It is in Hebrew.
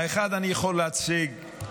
האחד, אני יכול להציג,